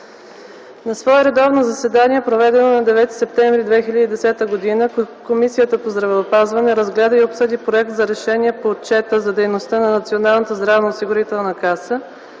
На свое редовно заседание, проведено на 9 септември 2010 г., Комисията по здравеопазването разгледа и обсъди Проект за решение по Отчета за дейността на Националната здравноосигурителна каса